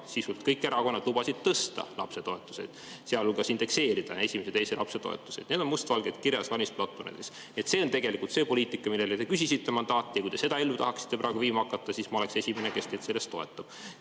sisult kõik erakonnad lubasid tõsta lapsetoetusi, sealhulgas indekseerida esimese ja teise lapse toetused. Need on must valgel kirjas valimisplatvormides. See on tegelikult see poliitika, millele te küsisite mandaati. Kui te seda ellu tahaksite praegu viima hakata, siis ma oleksin esimene, kes teid selles toetab.